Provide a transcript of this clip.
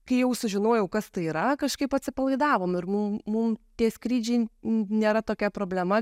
kai jau sužinojau kad tai yra kažkaip atsipalaidavom ir mum mum tie skrydžiai nėra tokia problema